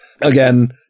Again